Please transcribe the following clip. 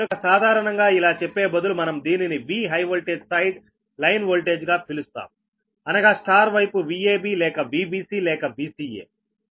కనుక సాధారణంగా ఇలా చెప్పే బదులు మనం దీనిని V high voltage side line voltage గా పిలుస్తాం అనగా స్టార్ వైపు VAB లేక VBC లేక VCA